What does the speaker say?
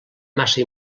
massa